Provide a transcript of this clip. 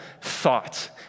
thought